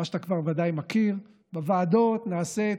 ואתה כבר ודאי מכיר, שבוועדות נעשית